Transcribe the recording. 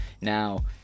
Now